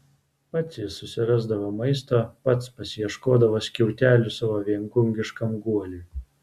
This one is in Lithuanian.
pats jis susirasdavo maisto pats pasiieškodavo skiautelių savo viengungiškam guoliui